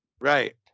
Right